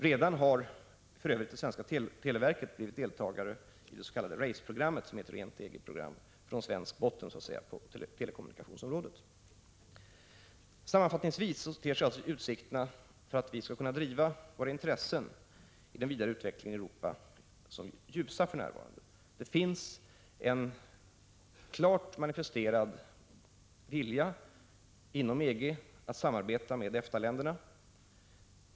Redan har för övrigt det svenska televerket blivit deltagare i det s.k. Race-programmet som är ett från svensk botten rent eget program på telekommunikationsområdet. Sammanfattningsvis ter sig alltså utsikterna för att vi skall kunna driva våra intressen i den vidare utvecklingen i Europa som ljusa för närvarande. Det finns en klart manifesterad vilja inom EG att samarbeta med EFTA länderna.